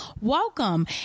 welcome